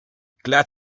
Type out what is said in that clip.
glad